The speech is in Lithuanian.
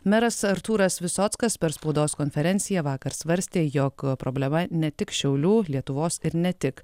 meras artūras visockas per spaudos konferenciją vakar svarstė jog problema ne tik šiaulių lietuvos ir ne tik